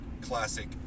classic